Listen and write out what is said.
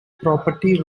property